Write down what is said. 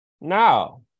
Now